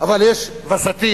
אבל יש וסתים.